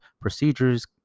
procedures